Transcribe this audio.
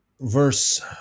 verse